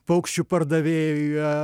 paukščių pardavėją